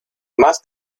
más